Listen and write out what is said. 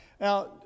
Now